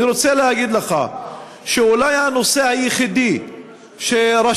אני רוצה להגיד לך שאולי הנושא היחידי שרשויות